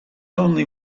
only